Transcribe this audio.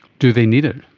do they need it?